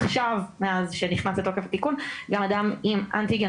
עכשיו מאז שנכנס לתוקף התיקון גם אדם עם אנטיגן